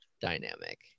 dynamic